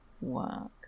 work